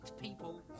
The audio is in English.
people